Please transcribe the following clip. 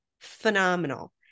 phenomenal